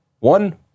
One